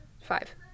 five